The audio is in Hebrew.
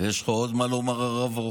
מה לומר.